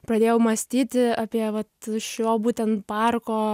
pradėjau mąstyti apie vat šio būtent parko